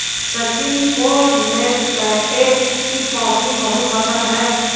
सचिन को नेस्कैफे की कॉफी बहुत पसंद है